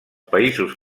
països